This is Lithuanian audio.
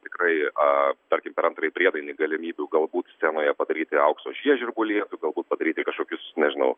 tikrai tarkim per antrąjį priedainį galimybių galbūt scenoje padaryti aukso žiežirbų lietų galbūt padaryti kažkokius nežinau